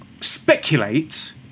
speculate